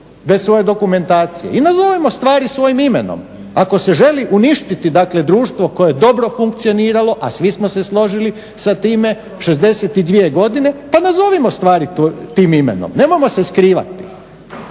bez svoje dokumentacije. I nazovimo stvari svojim imenom, ako se želi uništiti dakle društvo koje je dobro funkcioniralo, a svi smo se složili sa time, 62 godine pa nazovimo stvari tim imenom. Nemojmo se skrivati.